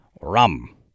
Rum